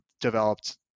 developed